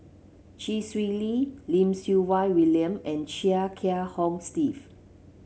Chee Swee Lee Lim Siew Wai William and Chia Kiah Hong Steve